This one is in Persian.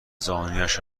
زانویش